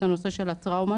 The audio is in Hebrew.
את הנושא של הטראומה,